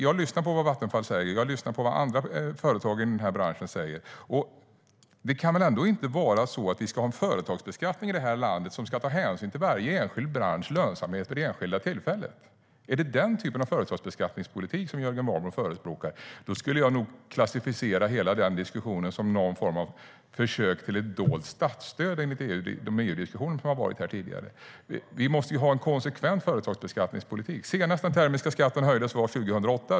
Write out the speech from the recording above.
Jag lyssnar på vad Vattenfall säger och vad andra företag i branschen säger. Det kan väl ändå inte vara så att vi ska ha en företagsbeskattning i det här landet som ska ta hänsyn till varje enskild branschs lönsamhet vid det enskilda tillfället? Senast den termiska skatten höjdes var 2008.